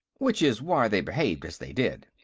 which is why they behaved as they did.